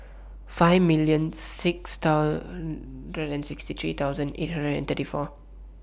five million six sixty three thousand eight hundred and thirty four